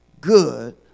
good